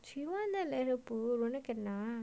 she want then let her put